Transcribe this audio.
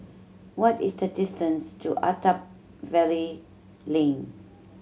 what is the distance to Attap Valley Lane